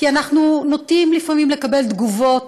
כי אנחנו נוטים לפעמים לקבל תגובות